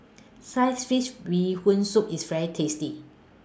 Sliced Fish Bee Hoon Soup IS very tasty